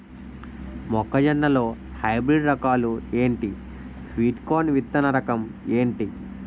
మొక్క జొన్న లో హైబ్రిడ్ రకాలు ఎంటి? స్వీట్ కార్న్ విత్తన రకం ఏంటి?